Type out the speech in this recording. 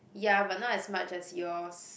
ya but not as much as yours